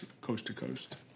coast-to-coast